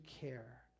care